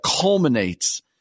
culminates